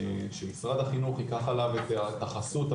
שמשרד החינוך ייקח עליו את החסות,